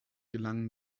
gelangen